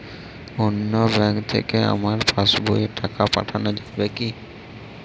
অন্য ব্যাঙ্ক থেকে আমার পাশবইয়ে টাকা পাঠানো যাবে কি?